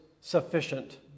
sufficient